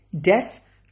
death